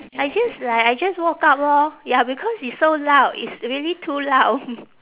I just like I just woke up lor ya because it's so loud it's really too loud